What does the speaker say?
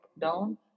down